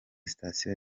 station